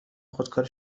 خودکار